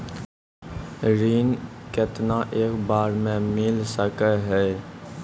ऋण केतना एक बार मैं मिल सके हेय?